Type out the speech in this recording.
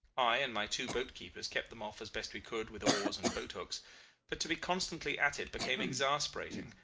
i and my two boat-keepers kept them off as best we could with oars and boat-hooks but to be constantly at it became exasperating,